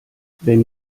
wenn